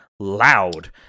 loud